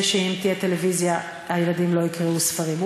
שאם תהיה טלוויזיה הילדים לא יקראו ספרים.